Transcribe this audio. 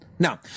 Now